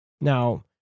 Now